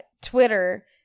Twitter